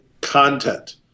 content